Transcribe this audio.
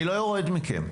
אני לא יורד מכם.